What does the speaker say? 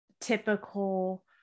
typical